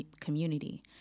community